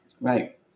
right